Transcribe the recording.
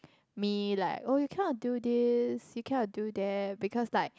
me like oh you cannot do this you cannot do that because like